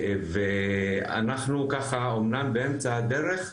אנחנו אומנם באמצע הדרך,